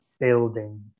building